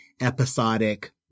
episodic